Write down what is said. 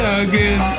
again